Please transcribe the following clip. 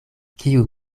kiu